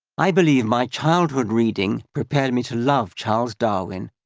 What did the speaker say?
i believe my childhood reading prepared me to love charles darwin,